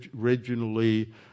originally